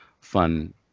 fun